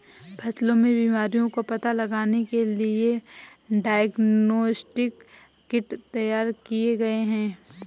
फसलों में बीमारियों का पता लगाने के लिए डायग्नोस्टिक किट तैयार किए गए हैं